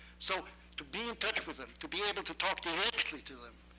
so to be in touch with them, to be able to talk directly to them,